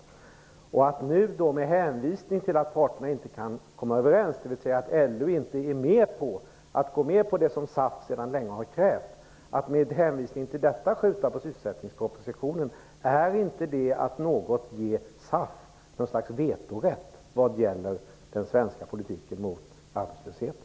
Nu skjuter man, med hänvisning till att parterna inte kan komma överens - dvs. till att LO inte går med på det som SAF sedan länge har krävt - på sysselsättningspropositionen. Är inte det att ge SAF någon slags vetorätt vad gäller den svenska politiken mot arbetslösheten?